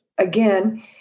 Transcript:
Again